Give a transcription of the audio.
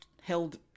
held